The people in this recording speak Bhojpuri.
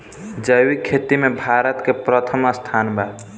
जैविक खेती में भारत के प्रथम स्थान बा